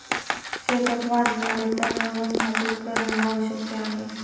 शेतात वाढणारे तण व्यवस्थापित करणे आवश्यक आहे